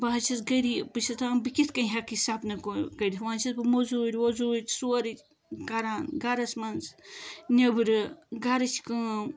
بہٕ حظ چھس غریٖب بہٕ چھس دپان بہٕ کِتھ کٔنۍ ہیکہٕ یہِ سَپنہٕ کہٕ کٔرتھ وۄنۍ چھس بہٕ موٚزوٗرۍ ووٚزوٗرۍ سورُے کَران گَرس منٛز نیٚبرٕ گَرس منٛز